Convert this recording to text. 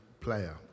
player